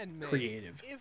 creative